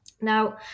now